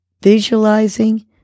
visualizing